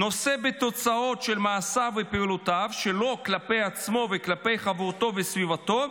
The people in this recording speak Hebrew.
נושא בתוצאות של מעשיו ופעולותיו שלו כלפי עצמו וכלפי חברתו וסביבתו,